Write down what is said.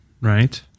right